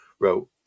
wrote